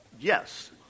yes